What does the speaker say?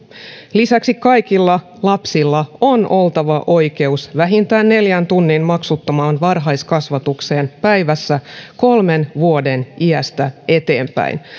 lisäksi kaikilla lapsilla on oltava oikeus vähintään neljän tunnin maksuttomaan varhaiskasvatukseen päivässä kolmen vuoden iästä eteenpäin